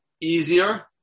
easier